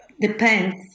depends